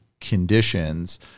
conditions